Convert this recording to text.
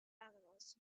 animals